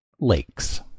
lakes